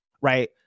right